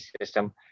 system